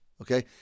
Okay